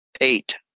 eight